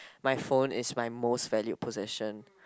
my phone is my most valued possession